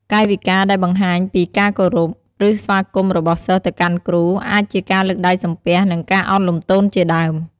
កាយវិការដែលបង្ហាញពីការគោរព ឬ ស្វាគមន៍របស់សិស្សទៅកាន់គ្រូ អាចជាការលើកដៃសំពះ និង ឱនលំទោនជាដើម។